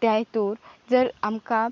त्या हितूर जर आमकां